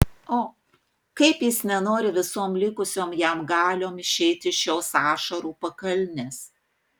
o kaip jis nenori visom likusiom jam galiom išeiti iš šios ašarų pakalnės